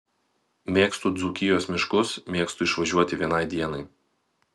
mėgstu dzūkijos miškus mėgstu išvažiuoti vienai dienai